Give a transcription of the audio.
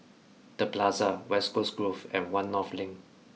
the Plaza West Coast Grove and One North Link